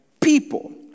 people